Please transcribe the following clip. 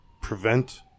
prevent